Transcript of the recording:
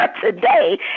today